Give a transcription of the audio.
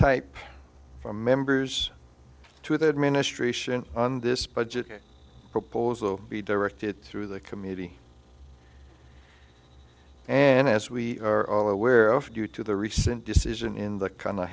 type from members to the administration on this budget proposal be directed through the committee and as we are all aware of due to the recent decision in the kind of